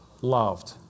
loved